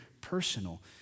personal